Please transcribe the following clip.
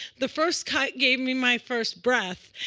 the first cut gave me my first breath.